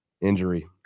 Injury